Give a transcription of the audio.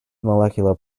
molecular